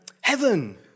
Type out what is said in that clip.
heaven